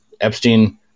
Epstein